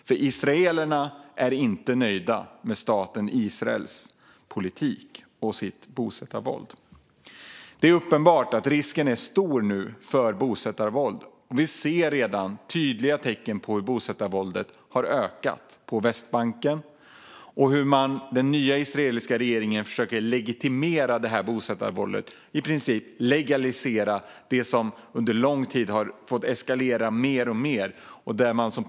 Israelerna är inte nöjda med staten Israels politik och dess bosättarvåld. Det är uppenbart att risken nu är stor för bosättarvåld. Vi ser redan tydliga tecken på hur bosättarvåldet har ökat på Västbanken och hur den nya israeliska regeringen försöker att legitimera och i princip legalisera detta bosättarvåld som under lång tid har fått eskalera mer och mer.